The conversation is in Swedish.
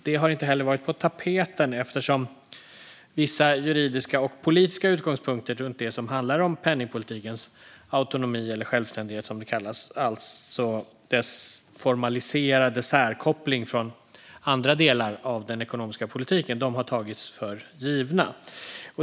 Det har inte heller varit på tapeten eftersom vissa juridiska och politiska utgångspunkter gällande det som handlar om penningpolitikens autonomi eller självständighet, som det kallas - alltså dess formaliserade särkoppling från andra delar av den ekonomiska politiken - har tagits för givna.